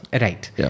right